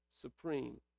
supreme